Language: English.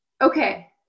Okay